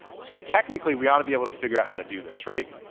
so technically we ought to be able to figure out how to do this right?